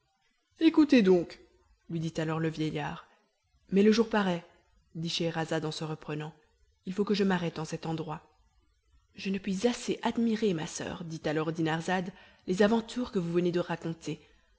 écoutez donc lui dit alors le vieillard mais le jour paraît dit scheherazade en se reprenant il faut que je m'arrête en cet endroit je ne puis assez admirer ma soeur dit alors dinarzade les aventures que vous venez de raconter